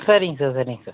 சரிங்க சார் சரிங்க சார்